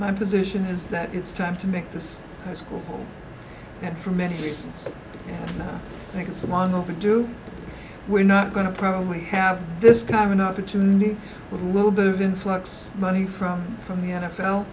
my position is that it's time to make this a school and for many reasons i think it's a long overdue we're not going to probably have this kind of an opportunity with a little bit of influx of money from from the n